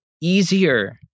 easier